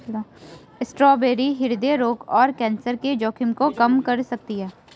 strawberry हृदय रोग और कैंसर के जोखिम को कम कर सकती है